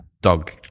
Dog